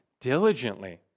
diligently